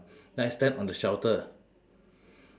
then I stand on the shelter